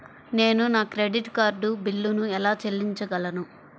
నేను నా credit card బిల్లును ఎలా చెల్లించగలను?